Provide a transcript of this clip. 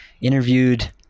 interviewed